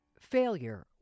Failure